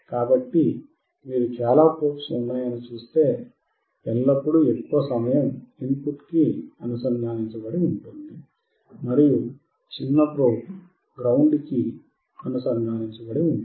కాబట్టిమీరు చాలా ప్రోబ్స్ ఉన్నాయనిచూస్తే ఎల్లప్పుడూ ఎక్కువ సమయం ఇన్ పుట్ కి అనుసంధానించబడి ఉంటుంది మరియు చిన్న ప్రోబ్ గ్రౌండ్ కి అనుసంధానించబడి ఉంటుంది